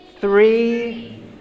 three